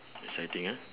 exciting ah